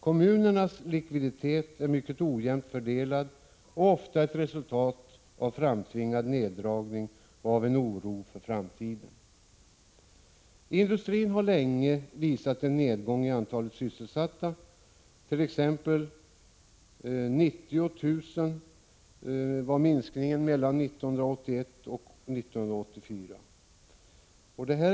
Kommunernas likviditet är mycket ojämnt fördelad och ofta ett resultat av framtvingad neddragning och oro för framtiden. Inom industrin har länge noterats en nedgång av antalet sysselsatta. Mellan 1981 och 1984 t.ex. var minskningen 90 000.